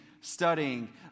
studying